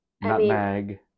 nutmeg